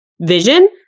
vision